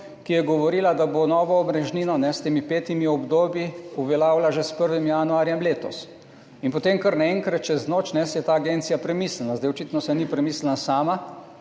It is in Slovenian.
ki je govorila, da bo novo omrežnino s temi petimi obdobji uveljavila že s 1. januarjem letos. In potem kar naenkrat, čez noč si je ta agencija premislila. Očitno si ni premislila sama,